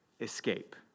escape